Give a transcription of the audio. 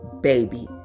baby